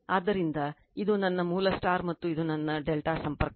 ಆದ್ದರಿಂದ ಇದು ನನ್ನ ಮೂಲ ಮತ್ತು ಇದು ನನ್ನ ∆ ಸಂಪರ್ಕ